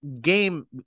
game